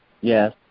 yes